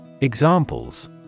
Examples